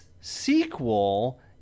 sequel